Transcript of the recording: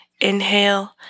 inhale